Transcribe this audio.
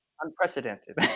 unprecedented